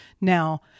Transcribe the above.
Now